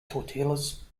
tortillas